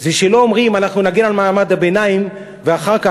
זה לא שאומרים "אנחנו נגן על מעמד הביניים" ואחר כך,